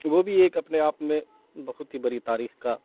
وہ بھی ایک اپنے آپ میں بہت ہی بڑی تاریخ کا